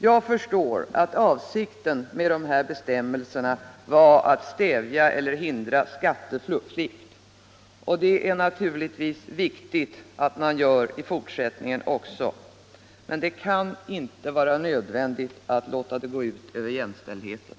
Jag förstår att avsikten med dessa bestämmelser var att stävja eller att hindra skatteflykt. Det är naturligtvis viktigt att man eftersträvar 'detta också i fortsättningen. Men det kan inte vara nödvändigt att låta detta gå ut över jämställdheten.